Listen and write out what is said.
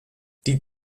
die